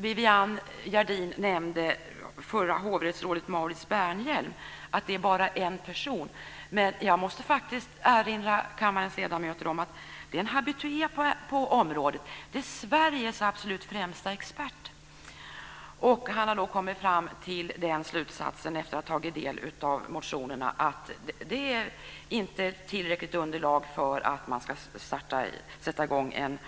Viviann Gerdin nämnde f.d. hovrättsrådet Mauritz Bäärnhielm och sade att det bara är en person. Men jag måste faktiskt erinra kammarens ledamöter om att det är en habitué på området. Det är Sveriges absolut främsta expert. Efter att ha tagit del av motionerna har han kommit fram till den slutsatsen att det inte finns tillräckligt underlag för att man ska sätta i gång en